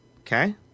Okay